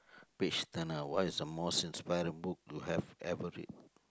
page turner what is the most inspired book you have ever read